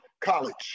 college